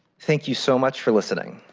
thank you so much for listening.